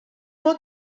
mae